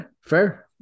fair